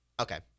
Okay